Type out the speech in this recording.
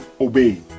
obey